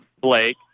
Blake